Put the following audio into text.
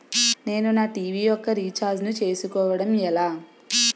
నేను నా టీ.వీ యెక్క రీఛార్జ్ ను చేసుకోవడం ఎలా?